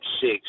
six